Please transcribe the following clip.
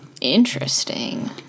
Interesting